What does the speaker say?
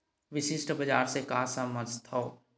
विशिष्ट बजार से का समझथव?